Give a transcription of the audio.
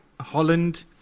Holland